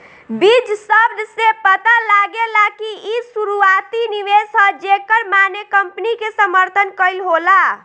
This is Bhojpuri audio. बीज शब्द से पता लागेला कि इ शुरुआती निवेश ह जेकर माने कंपनी के समर्थन कईल होला